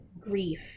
grief